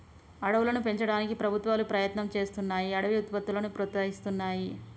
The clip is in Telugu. అడవులను పెంచడానికి ప్రభుత్వాలు ప్రయత్నం చేస్తున్నాయ్ అడవి ఉత్పత్తులను ప్రోత్సహిస్తున్నాయి